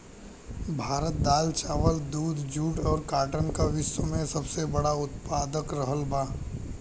भारत दाल चावल दूध जूट और काटन का विश्व में सबसे बड़ा उतपादक रहल बा